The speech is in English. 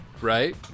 right